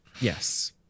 yes